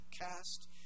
Cast